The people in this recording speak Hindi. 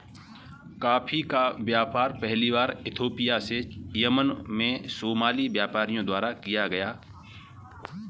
कॉफी का व्यापार पहली बार इथोपिया से यमन में सोमाली व्यापारियों द्वारा किया गया